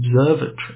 observatory